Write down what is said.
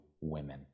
women